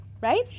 right